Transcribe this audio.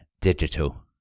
digital